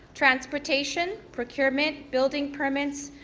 transportation. procurement. building permits.